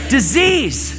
Disease